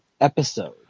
episode